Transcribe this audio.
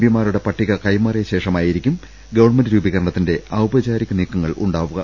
പിമാരുടെ പട്ടിക കൈമാറിയ ശേഷമായിരിക്കും ഗവൺമെന്റ് രൂപീകരണത്തിന്റെ ഔപചാരിക നീക്കങ്ങൾ ഉണ്ടാവുക